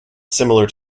similar